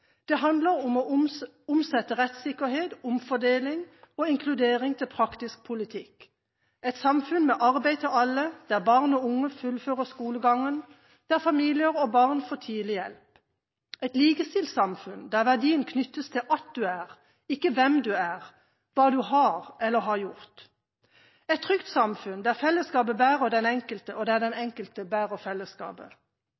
Det handler om å omsette rettssikkerhet, omfordeling og inkludering til praktisk politikk: et samfunn med arbeid til alle, der barn og unge fullfører skolegangen, der familier og barn får tidlig hjelp et likestilt samfunn, der verdien knyttes til at man er – ikke til hvem man er, hva man har eller har gjort et trygt samfunn, der fellesskapet bærer den enkelte, og der den